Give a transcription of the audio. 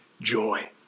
joy